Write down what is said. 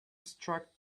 struck